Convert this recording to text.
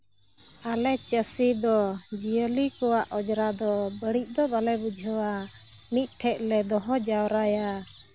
ᱟᱞᱮ ᱪᱟᱹᱥᱤ ᱫᱚ ᱡᱤᱭᱟᱹᱞᱤ ᱠᱚᱣᱟᱜ ᱚᱡᱽᱨᱟ ᱫᱚ ᱵᱟᱹᱲᱤᱡᱽ ᱫᱚ ᱵᱟᱞᱮ ᱵᱩᱡᱷᱟᱹᱣᱟ ᱢᱤᱫᱴᱷᱮᱡ ᱞᱮ ᱫᱚᱦᱚ ᱡᱟᱣᱨᱟᱭᱟ